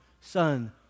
Son